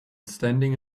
standing